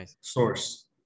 source